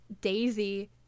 Daisy